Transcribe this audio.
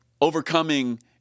overcoming